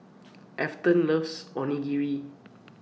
Afton loves Onigiri